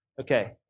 Okay